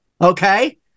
Okay